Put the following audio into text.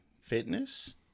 Fitness